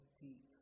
deep